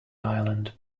ireland